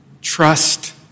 Trust